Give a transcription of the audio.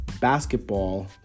basketball